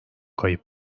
kayıp